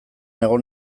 egon